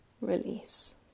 release